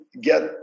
get